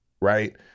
right